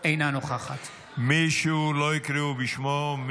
אינה נוכחת מישהו שלא הקריאו בשמו?